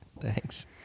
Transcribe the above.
Thanks